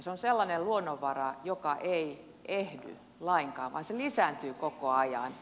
se on sellainen luonnonvara joka ei ehdy lainkaan vaan se lisääntyy koko ajan